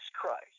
Christ